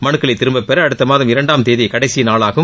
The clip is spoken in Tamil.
மனுக்களை திரும்பப்பெற அடுத்த மாதம் இரண்டாம் தேதி கடைசி நாளாகும்